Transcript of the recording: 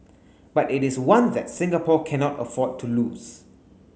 but it is one that Singapore cannot afford to lose